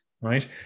right